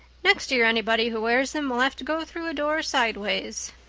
next year anybody who wears them will have to go through a door sideways.